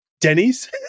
Denny's